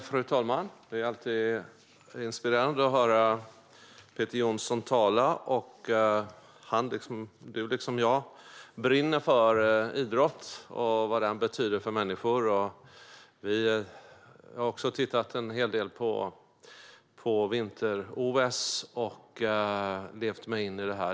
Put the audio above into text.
Fru talman! Det är alltid inspirerande att höra Peter Johnsson tala. Du liksom jag brinner för idrott och för vad den betyder för människor. Jag har tittat en hel del på vinter-OS och levt mig in i det.